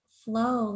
flow